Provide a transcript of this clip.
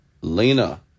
Lena